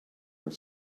are